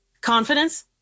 confidence